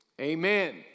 amen